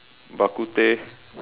bak-kut-teh